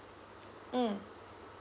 mm